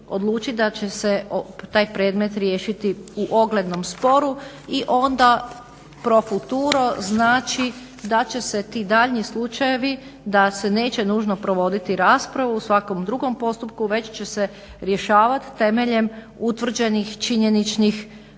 da će se taj predmet riješiti u oglednom sporu i onda pro futuro znači da će se ti daljnji slučajevi, da se neće nužno provoditi raspravu u svakom drugom postupku već će se rješavati temeljem utvrđenih činjeničnih,